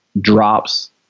drops